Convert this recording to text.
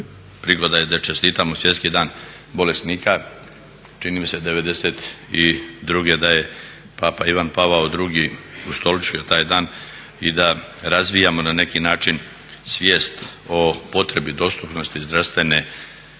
prigoda je da čestitamo Svjetski dan bolesnika. Čini mi se '92. da je papa Ivan Pavao II. ustoličio taj dan i da razvijamo na neki način svijest o potrebi, dostupnosti zdravstvene